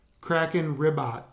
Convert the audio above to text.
Kraken-Ribot